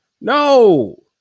no